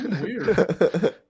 Weird